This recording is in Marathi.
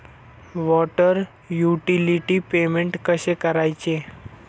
वॉटर युटिलिटी पेमेंट कसे करायचे?